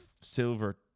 silver